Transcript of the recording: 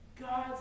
God